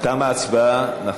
תמה ההצבעה.